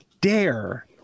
dare